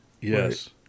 Yes